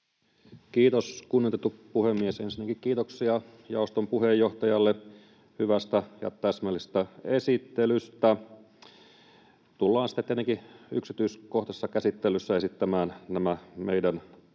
Kiitos, kunnioitettu puhemies! Ensinnäkin kiitoksia jaoston puheenjohtajalle hyvästä ja täsmällisestä esittelystä. Tullaan sitten tietenkin yksityiskohtaisessa käsittelyssä esittämään nämä meidän vastalauseen